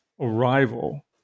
arrival